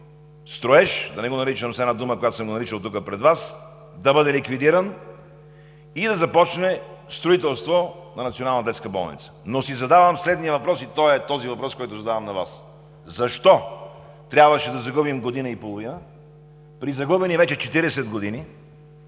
строеж – да не го наричам с една дума, която съм наричал тук пред Вас, да бъде ликвидиран и да започне строителство на Национална детска болница. Задавам си обаче следния въпрос и той е този въпрос, който задавам на Вас: защо трябваше да загубим година и половина, при загубени вече 40 години